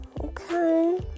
okay